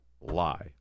lie